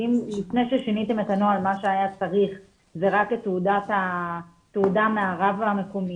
אם לפני ששיניתם את הנוהל מה שהיה צריך זה רק את תעודה מהרב המקומי,